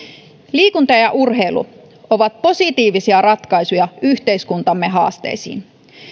liikunta ja urheilu ovat positiivisia ratkaisuja yhteiskuntamme haasteisiin